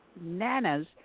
nanas